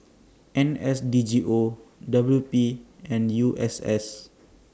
N S D G O W P and U S S